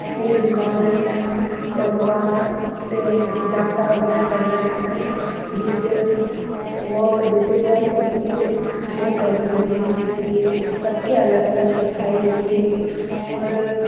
सिर झुकाने रहता है फिर और वहाँ के जागता वगैरह करना रहता है जिससे वह रीति रिवाज होती है वह करनी जरुरी रहती है सबके अलग अलग प्रथाएँ रहती है और